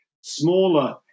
smaller